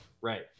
right